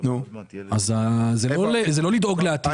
זה לא לדאוג לעתידו,